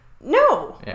No